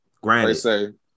Granted